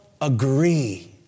agree